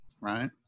right